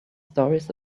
stories